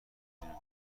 جنوبی